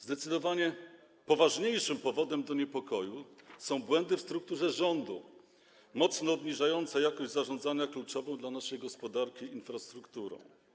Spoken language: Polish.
Zdecydowanie poważniejszym powodem do niepokoju są błędy w strukturze rządu mocno obniżające jakość zarządzania kluczową dla naszej gospodarki infrastrukturą.